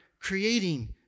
creating